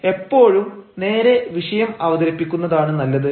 അതിനാൽ എപ്പോഴും നേരെ വിഷയം അവതരിപ്പിക്കുന്നതാണ് നല്ലത്